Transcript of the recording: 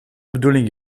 bedoeling